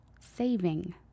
saving